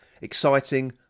exciting